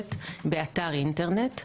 ודורשת באתר אינטרנט.